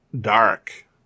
dark